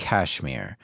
Kashmir